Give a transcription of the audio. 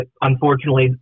unfortunately